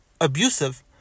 abusive